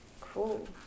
cool